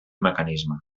mecanisme